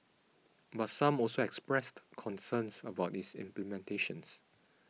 but some also expressed concerns about its implementations